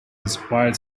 inspired